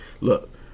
Look